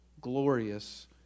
glorious